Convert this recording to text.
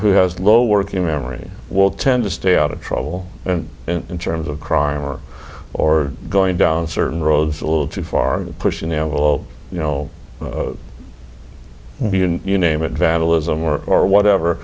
who has low working memory will tend to stay out of trouble in terms of crime or or going down certain roads a little too far pushing the envelope you know you name it vandalism or or whatever